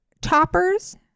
toppers